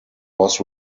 was